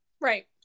Right